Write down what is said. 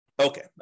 Okay